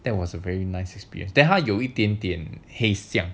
that was a very nice experience then 他有一点点 haze 这样